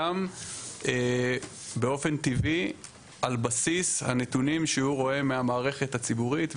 גם באופן טבעי על בסיס הנתונים שהוא רואה מהמערכת הציבורית ומהשב"ן.